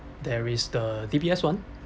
there is the D_B_S one